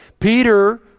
Peter